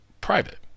private